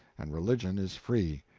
and religion is free.